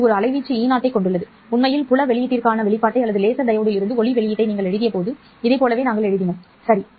இது ஒரு அலைவீச்சு Eoகொண்டுள்ளது உண்மையில் புல வெளியீட்டிற்கான வெளிப்பாட்டை அல்லது லேசர் டையோடில் இருந்து ஒளி வெளியீட்டை நாங்கள் எழுதியபோது இதைப் போலவே நாங்கள் எழுதினோம் சரி